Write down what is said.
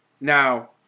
Now